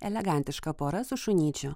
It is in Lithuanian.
elegantiška pora su šunyčiu